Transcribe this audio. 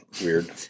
weird